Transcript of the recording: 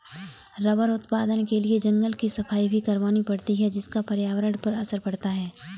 rubber उत्पादन के लिए जंगल की सफाई भी करवानी पड़ती है जिसका पर्यावरण पर असर पड़ता है